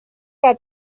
que